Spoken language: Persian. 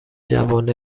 جوانب